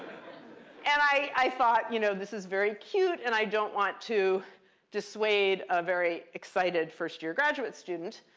and i thought, you know this is very cute. and i don't want to dissuade a very excited first year graduate student.